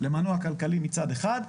למנוע כלכלי מצד אחד,